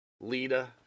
Lita